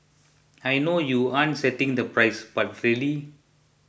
I know you aren't setting the price but really